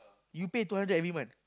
you pay two hundred every month